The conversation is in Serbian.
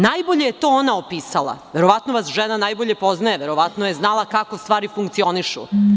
Najbolje je to ona opisala, verovatno vas žena najbolje poznaje, verovatno je znala kako stvari funkcionišu.